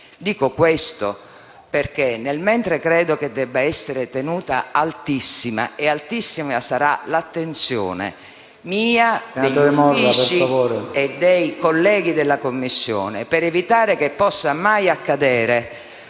Dico questo perché, nel mentre credo che debba essere tenuta altissima l'attenzione - e altissima sarà l'attenzione mia, degli uffici e dei colleghi della Commissione - per evitare che possa accadere